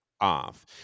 off